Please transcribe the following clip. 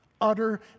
utter